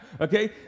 okay